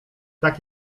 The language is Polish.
tak